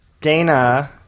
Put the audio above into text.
Dana